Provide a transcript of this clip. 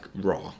raw